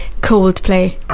Coldplay